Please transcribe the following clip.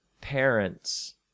parents